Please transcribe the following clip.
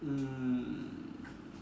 um